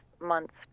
months